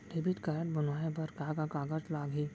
Debit card बनवाये बर का का कागज लागही?